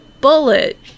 bullet